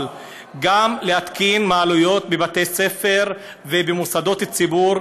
אבל גם להתקין מעליות בבתי ספר ובמוסדות ציבור,